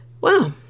Wow